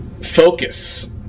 focus